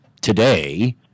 today